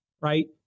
right